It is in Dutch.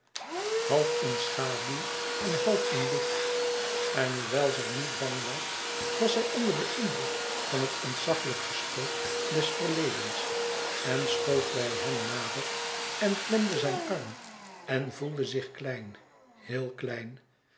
half in schaduw en half in licht en hoewel zij niet bang was was zij onder den indruk van het ontzaglijk gespook des verledens en schoof bij hem nader en klemde zijn arm en voelde zich klein heel klein